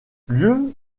lieux